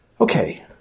okay